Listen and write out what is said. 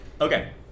Okay